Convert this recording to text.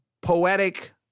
poetic